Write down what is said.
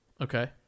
Okay